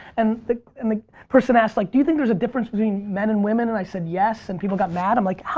and the and the person asked, like, do you think there's a difference between men and women, and i said yes, and people got mad. i'm like,